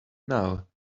now